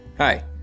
Hi